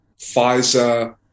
Pfizer